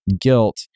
guilt